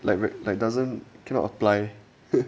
like very like doesn't cannot apply